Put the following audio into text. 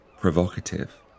provocative